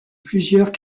plusieurs